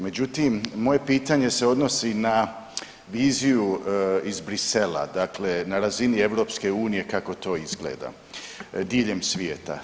Međutim, moje pitanje se odnosi na viziju iz Bruxellesa, dakle na razini EU kako to izgleda, diljem svijeta.